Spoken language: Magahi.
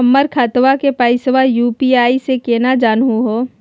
हमर खतवा के पैसवा यू.पी.आई स केना जानहु हो?